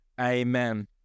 Amen